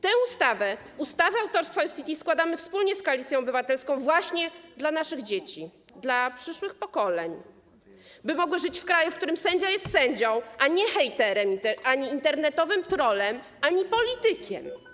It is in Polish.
Tę ustawę, ustawę Iustitii, składamy wspólnie z Koalicją Obywatelską właśnie dla naszych dzieci, dla przyszłych pokoleń, by mogły żyć w kraju, w którym sędzia jest sędzią, a nie hejterem, internetowym trollem albo politykiem.